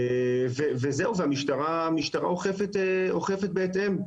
המשטרה אוכפת בהתאם.